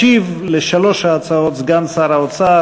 ישיב על שלוש ההצעות סגן שר האוצר,